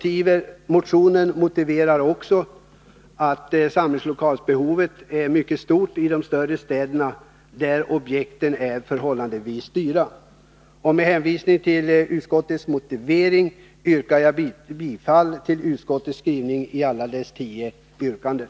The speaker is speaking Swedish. I motionerna motiveras också samlingslokalsbehovet i de större städerna, där objekten blir förhållandevis dyra. Med hänvisning till utskottets motivering yrkar jag bifall till utskottets hemställan i alla dess tio punkter.